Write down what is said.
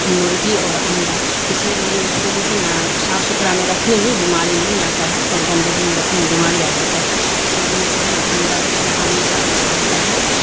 مرغی اور انڈا اسی لیے اس کو جو ہے نا صاف ستھرا میں رکھنے میں بیماری نہیں آتا ہے اور گندگی میں رکھنے میں بیماری آ جاتا ہے اسی لیے جو ہے نا انڈا جو ہے نا ہمیشہ اچھا رہتا ہے